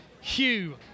Hugh